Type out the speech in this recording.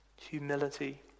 Humility